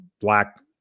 black